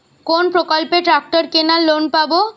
কোন প্রকল্পে ট্রাকটার কেনার লোন পাব?